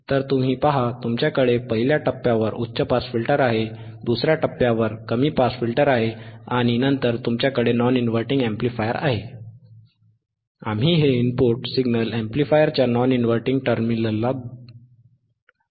तर तुम्ही पहा तुमच्याकडे पहिल्या टप्प्यावर उच्च पास फिल्टर आहे दुसऱ्या टप्प्यावर कमी पास फिल्टर आहे आणि नंतर तुमच्याकडे नॉन इनव्हर्टिंग अॅम्प्लिफायर आहे